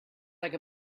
like